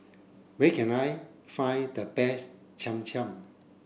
where can I find the best Cham Cham